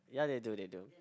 ya they do they do